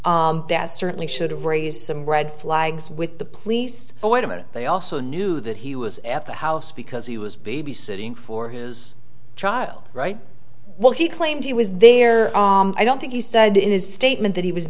relationship that certainly should have raised some red flags with the police but wait a minute they also knew that he was at the house because he was babysitting for his child right while he claimed he was there i don't think he said in his statement that he was